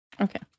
Okay